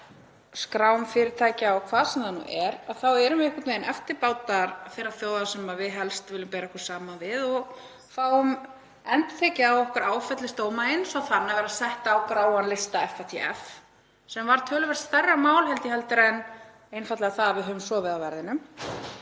fyrirtækja, og hvað sem það nú er, þá erum við einhvern veginn eftirbátar þeirra þjóða sem við helst viljum bera okkur saman við og fáum endurtekið á okkur áfellisdóma eins og þann að vera sett á gráan lista FATF, sem var töluvert stærra mál, held ég, heldur en einfaldlega að við höfum sofið á verðinum.